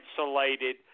insulated